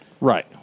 Right